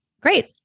Great